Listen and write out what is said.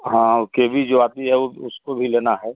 हाँ वो केवी जो आती है वो उसको भी लेना है